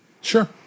Sure